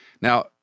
Now